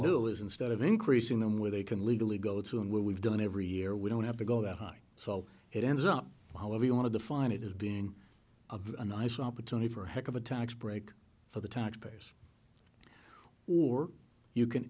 is instead of increasing them where they can legally go to and what we've done every year we don't have to go that high so it ends up however you want to define it as being of a nice opportunity for heck of a tax break for the taxpayers or you can